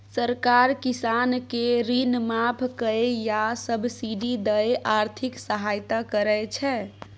सरकार किसान केँ ऋण माफ कए या सब्सिडी दए आर्थिक सहायता करै छै